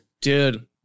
Dude